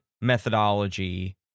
methodology